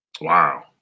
Wow